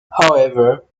however